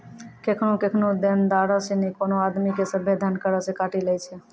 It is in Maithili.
केखनु केखनु देनदारो सिनी कोनो आदमी के सभ्भे धन करो से काटी लै छै